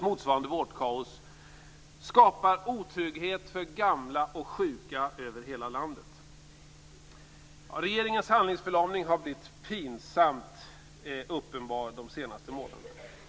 Motsvarande vårdkaos skapar otrygghet för gamla och sjuka över hela landet. Regeringens handlingsförlamning har blivit pinsamt uppenbar de senaste månaderna.